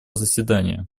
заседания